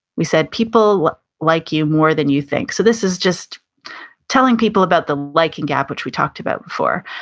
we said people like you more than you think. so, this is just telling people about the liking gap, which we talked about before.